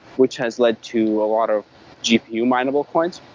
which has led to a lot of gpu minable coins,